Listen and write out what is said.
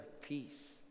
peace